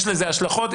יש לזה השלכות,